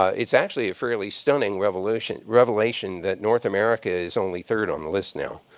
ah it's actually a fairly stunning revelation revelation that north america is only third on the list now.